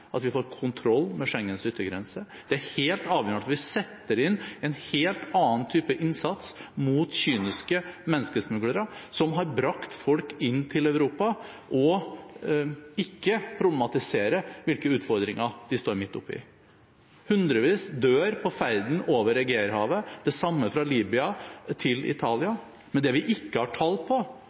at vi får kontroll med Schengens yttergrense. Det er helt avgjørende at vi setter inn en helt annen type innsats mot kyniske menneskesmuglere som har bragt folk inn til Europa og ikke problematiserer hvilke utfordringer de står midt oppe i. Hundrevis dør på ferden over Egeerhavet, det samme fra Libya til Italia, men det vi ikke har tall på,